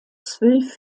zwölf